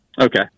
Okay